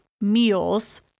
meals